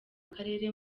akarere